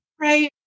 Right